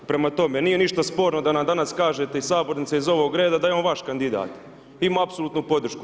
Prema tome, nije ništa sporno da nam danas kažete iz sabornice iz ovog reda da je on vaš kandidat, ima apsolutnu podršku.